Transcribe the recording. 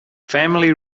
family